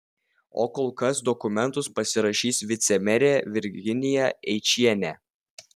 o kol kas dokumentus pasirašys vicemerė virginija eičienė